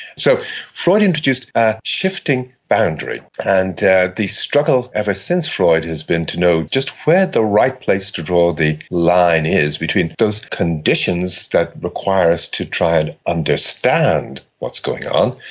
so freud introduced a shifting boundary, and the struggle ever since freud has been to know just where the right place to draw the line is between those conditions that require us to try and understand what's going on,